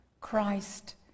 Christ